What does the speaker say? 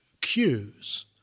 cues